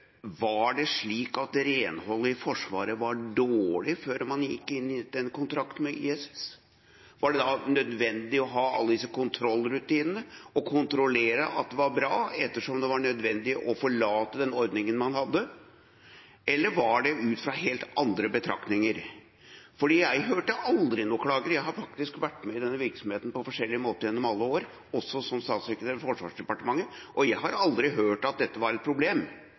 Var det slik at renholdet i Forsvaret var dårlig før man inngikk den kontrakten med ISS? Var det nødvendig å ha alle disse kontrollrutinene og kontrollere at det var bra, ettersom det var nødvendig å forlate den ordningen man hadde, eller var det ut fra helt andre betraktninger? For jeg hørte aldri noen klager, og jeg har faktisk vært med i den virksomheten på forskjellige måter gjennom alle år, også som statssekretær i Forsvarsdepartementet. Og jeg har aldri hørt at dette var et problem,